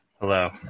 Hello